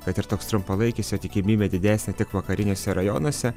kad ir toks trumpalaikis jo tikimybė didesnė tik vakariniuose rajonuose